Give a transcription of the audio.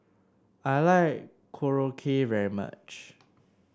I like Korokke very much